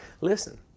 Listen